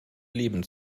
leben